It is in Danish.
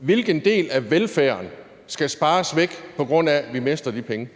Hvilken del af velfærden skal spares væk, på grund af at vi mister de penge?